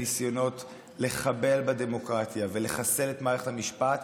הניסיונות לחבל בדמוקרטיה ולחסל את מערכת המשפט,